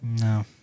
No